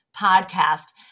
podcast